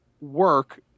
work